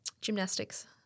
Gymnastics